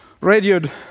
radioed